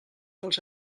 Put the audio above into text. dels